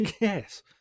Yes